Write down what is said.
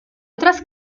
otras